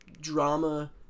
drama